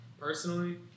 personally